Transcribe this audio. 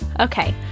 okay